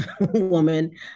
woman